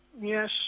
Yes